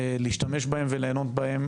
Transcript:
להשתמש בהם ולהנות מהם,